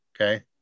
okay